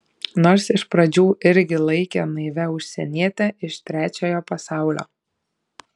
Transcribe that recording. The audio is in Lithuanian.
nors iš pradžių irgi laikė naivia užsieniete iš trečiojo pasaulio